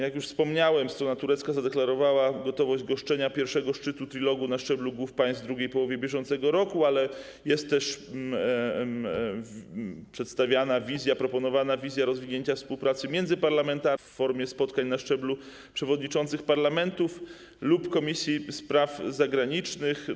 Jak już wspomniałem, strona turecka zadeklarowała gotowość goszczenia pierwszego szczytu Trilogu na szczeblu głów państw w drugiej połowie bieżącego roku, ale jest też przedstawiana, proponowana wizja rozwinięcia współpracy międzyparlamentarnej w formie spotkań na szczeblu przewodniczących parlamentów lub komisji spraw zagranicznych.